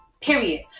period